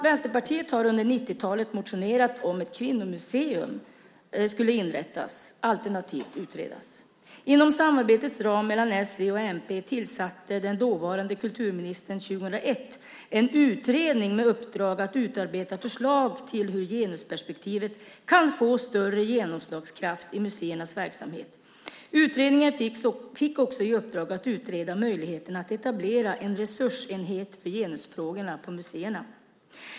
Vänsterpartiet motionerade under 90-talet om att ett kvinnomuseum skulle inrättas alternativt utredas. Inom samarbetets ram mellan s, v och mp tillsatte den dåvarande kulturministern 2001 en utredning med uppdrag att utarbeta förslag till hur genusperspektivet kunde få större genomslagskraft i museernas verksamhet. Utredningen fick också i uppdrag att utreda möjligheterna att etablera en resursenhet för genusfrågor på museerna.